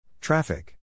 Traffic